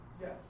Yes